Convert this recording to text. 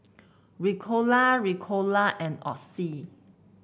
Ricola Ricola and Oxy